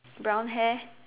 brown hair